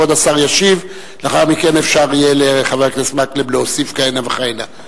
כבוד השר ישיב ולאחר מכן אפשר יהיה לחבר הכנסת מקלב להוסיף כהנה וכהנה.